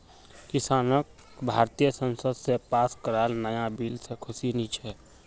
किसानक भारतीय संसद स पास कराल नाया बिल से खुशी नी छे